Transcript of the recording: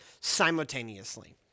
simultaneously